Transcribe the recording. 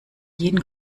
jeden